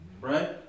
right